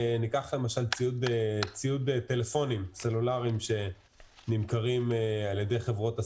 ניקח למשל ציוד טלפונים סלולריים שנמכר על ידי חברות הסלולר.